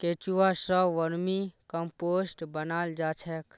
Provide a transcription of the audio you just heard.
केंचुआ स vermicompost बनाल जा छेक